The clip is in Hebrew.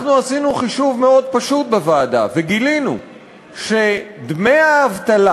אנחנו עשינו חישוב מאוד פשוט בוועדה וגילינו שדמי האבטלה